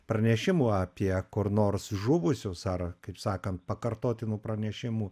pranešimų apie kur nors žuvusius ar kaip sakan pakartotinų pranešimų